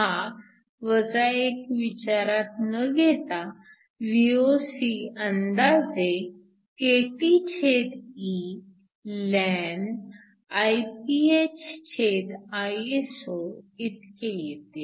हा 1 विचारात न घेता Voc अंदाजे kTeln IphIso इतके येते